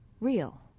real